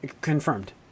confirmed